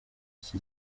iki